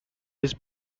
his